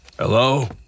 Hello